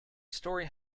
story